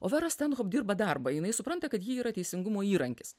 o vera stenhoup apdirba darbą jinai supranta kad ji yra teisingumo įrankis